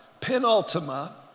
Penultima